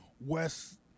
West